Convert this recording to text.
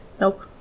Nope